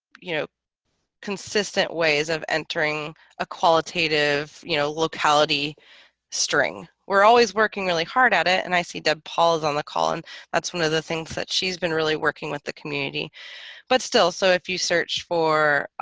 you know consistent ways of entering a qualitative, you know locality string we're always working really hard at it and i see deb paula's on the call and that's one of the things that she's been really working with the community but still so if you search for